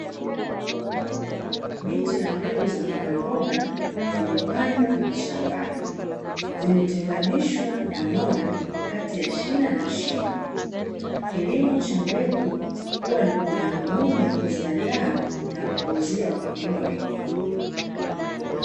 Miche ya mbegu za mbogamboga zimepandwa shambani, zimetenganishwa na nondo kati ya shina na shina. Kilimo cha mbegu huwa ni kwa madhumuni ya kuziandaa na kuwauzia wakulima wengine.